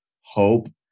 hope